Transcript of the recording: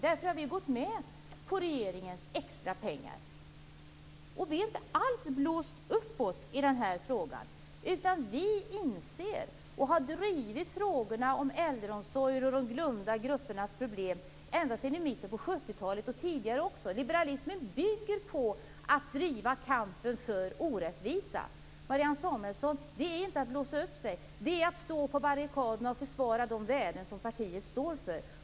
Därför har vi gått med på regeringens extra pengar. Vi har inte blåst upp oss i frågan. Vi har drivit frågorna om äldreomsorgen och de glömda gruppernas problem sedan mitten av 70-talet - och tidigare också. Liberalismen bygger på att driva kampen mot orättvisor. Marianne Samuelsson! Detta är inte att blåsa upp sig. Detta är att stå på barrikaderna och försvara de värden som partiet står för.